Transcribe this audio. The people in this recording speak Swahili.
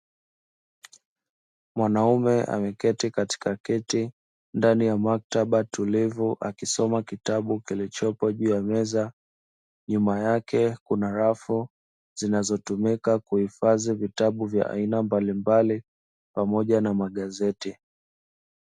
Mwanaume ameketi katika kiti ndani ya maktaba tulivu akisoma kitabu kilichopo juu ya meza, nyuma yake kuna rafu zinazotumika kuhifadhi vitabu vya aina mbalimbali pamoja na magazeti.